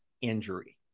injury